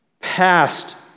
past